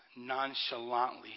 nonchalantly